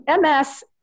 MS